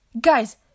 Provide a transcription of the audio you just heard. Guys